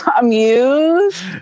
amused